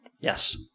Yes